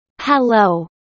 Hello